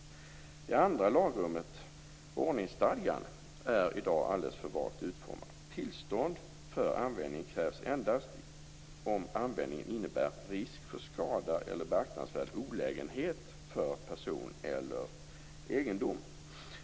Det andra lagrummet, ordningsstadgan, är i dag alldeles för vagt utformad. Tillstånd för användning krävs endast om användningen innebär risk för skada eller beaktansvärd olägenhet för person eller egendom.